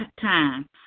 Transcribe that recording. Time